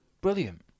Brilliant